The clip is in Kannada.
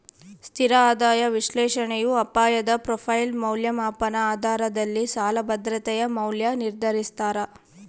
ಸ್ಥಿರ ಆದಾಯ ವಿಶ್ಲೇಷಣೆಯು ಅಪಾಯದ ಪ್ರೊಫೈಲ್ ಮೌಲ್ಯಮಾಪನ ಆಧಾರದಲ್ಲಿ ಸಾಲ ಭದ್ರತೆಯ ಮೌಲ್ಯ ನಿರ್ಧರಿಸ್ತಾರ